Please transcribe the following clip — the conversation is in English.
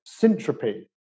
syntropy